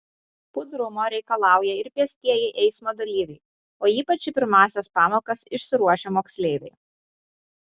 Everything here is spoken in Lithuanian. budrumo reikalauja ir pėstieji eismo dalyviai o ypač į pirmąsias pamokas išsiruošę moksleiviai